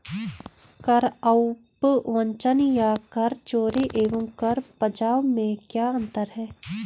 कर अपवंचन या कर चोरी एवं कर बचाव में क्या अंतर है?